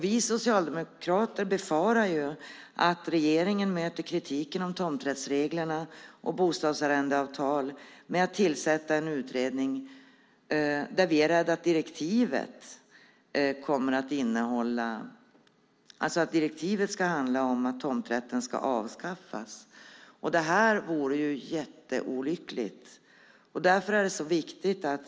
Vi socialdemokrater befarar att regeringen möter kritiken om tomträttsreglerna och bostadsarrendeavtalen med att tillsätta en utredning där vi är rädda att direktivet ska handla om att tomträtten ska avskaffas. Det vore mycket olyckligt.